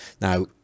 now